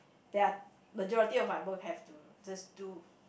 they are majority of my both have to is just do